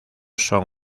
son